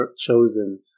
chosen